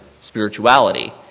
spirituality